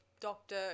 doctor